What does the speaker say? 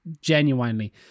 Genuinely